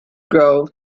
grove